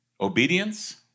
Obedience